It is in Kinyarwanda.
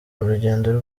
urugendo